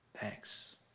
thanks